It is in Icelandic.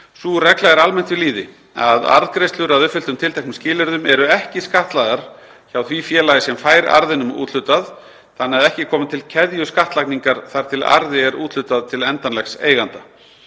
Sú regla er almennt við lýði að arðgreiðslur að uppfylltum tilteknum skilyrðum eru ekki skattlagðar hjá því félagi sem fær arðinum úthlutað, þannig að ekki komi til keðjuskattlagningar þar til arði er úthlutað til endanlegs eiganda.